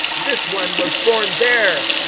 this one was born there.